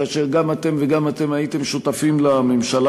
כאשר גם אתם וגם אתם הייתם שותפים לממשלה.